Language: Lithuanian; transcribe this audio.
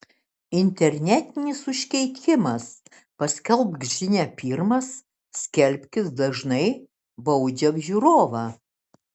internetinis užkeikimas paskelbk žinią pirmas skelbkis dažnai baudžia žiūrovą